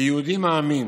כיהודי מאמין